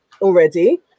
already